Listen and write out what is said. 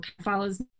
follows